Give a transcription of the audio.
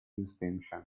distinction